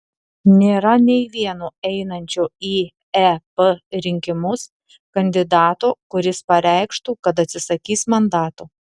nėra nei vieno einančio į ep rinkimus kandidato kuris pareikštų kad atsisakys mandato